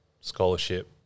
scholarship